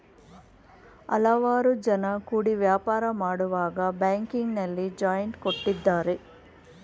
ಹಲವು ಜನ ಕೂಡಿ ವ್ಯಾಪಾರ ಮಾಡುವಾಗ ಬ್ಯಾಂಕಿನಲ್ಲಿ ಜಾಯಿಂಟ್ ಕೊಟ್ಟಿದ್ದಾರೆ